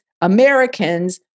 Americans